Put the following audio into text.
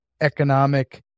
economic